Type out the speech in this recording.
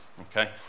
Okay